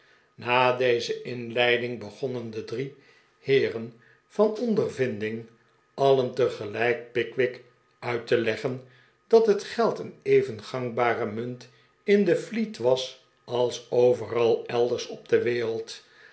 na deze inleiding begonnen de drie heeren van ondervinding alien tegelijk pickwick uit te leggen dat het geld een even gangbare munt in de fleet was als overal elders op de wereld